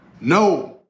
No